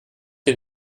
dir